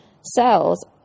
cells